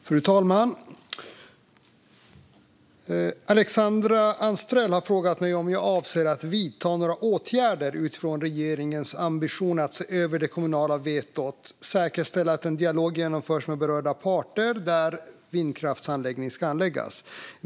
Fru talman! Alexandra Anstrell har frågat mig om jag avser att vidta några åtgärder, utifrån regeringens ambition att se över det kommunala vetot, för att säkerställa att en dialog genomförs med berörda parter där en vindkraftsanläggning ska anläggas.